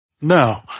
No